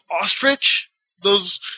ostrich—those